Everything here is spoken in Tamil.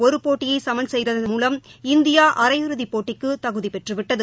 ஒருபோட்டியைசமன் செய்ததன் மூலம் இந்தியாஅரை இறுதிப் போட்டிக்குதகுதிபெற்றுவிட்டது